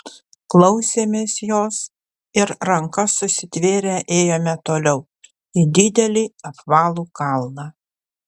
klausėmės jos ir rankas susitvėrę ėjome toliau į didelį apvalų kalną